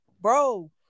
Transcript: bro